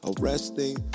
arresting